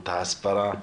ההסברה.